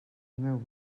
meu